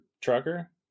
trucker